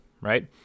right